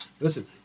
Listen